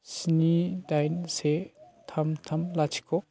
स्नि दाइन से थाम थाम लाथिख'